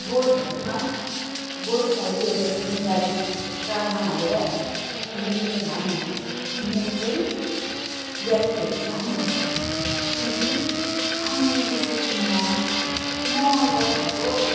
बोझ भनौँ न बोझ टाइपको एउटा जिम्मेदारी काँधमा हालेर हिँडेको चाहिँ हामी हिँड्ने चाहिँ व्यक्तिहरू चाहिँ हामी हुन्छौँ किनकि हामी जस्तो कि म म एउटा घरको